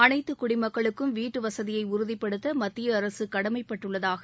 அனைத்து குடிமக்களுக்கும் வீட்டுவசதியை உறுதிப்படுத்த மத்திய அரசு கடமைப்பட்டுள்ளதாக